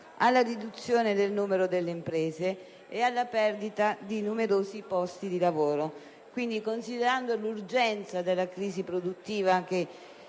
alla riduzione del numero delle imprese e alla perdita di numerosi posti di lavoro. Considerando l'urgenza della crisi produttiva, che